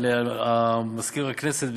אבל מזכיר הכנסת,